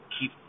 keep